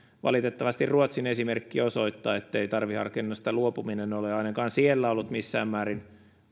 valitettavasti ruotsin esimerkki osoittaa ettei tarveharkinnasta luopuminen ole ainakaan siellä ollut missään määrin